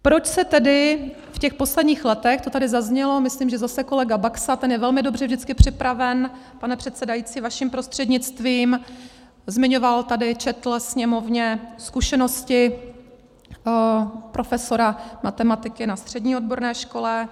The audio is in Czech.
Proč se tedy v posledních letech, to tady zaznělo, myslím, že zase kolega Baxa, ten je velmi dobře vždycky připraven, pane předsedající, vaším prostřednictvím, zmiňoval tady, četl sněmovně zkušenosti profesora matematiky na střední odborné škole.